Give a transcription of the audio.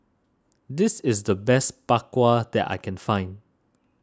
this is the best Bak Kwa that I can find